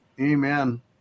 Amen